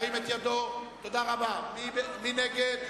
מי נגד?